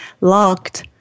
locked